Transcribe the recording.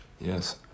yes